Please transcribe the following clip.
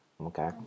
okay